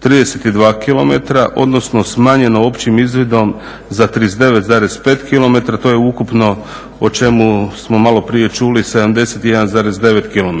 32 km, odnosno smanjeno općim izvidom za 39,5 km. To je ukupno o čemu smo maloprije čuli 71,9 km.